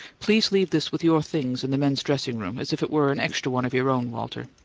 please leave this with your things in the men's dressing-room, as if it were an extra one of your own, walter.